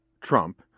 Trump